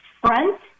front